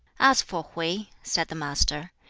as for hwui, said the master,